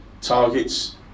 targets